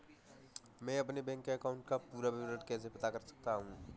मैं अपने bank account का पूरा विवरण कैसे पता कर सकता हूँ?